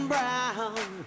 Brown